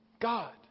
God